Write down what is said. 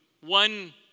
one